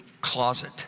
closet